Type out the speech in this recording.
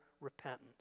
repentance